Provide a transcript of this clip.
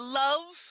love